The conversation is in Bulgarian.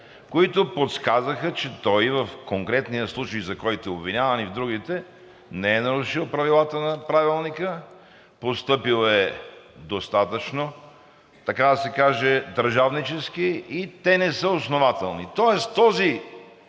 които подсказаха, че той в конкретния случай, за който е обвиняван, и в другите, не е нарушил правилата на Правилника, постъпил е достатъчно, така да се каже, държавнически и те не са основателни, тоест този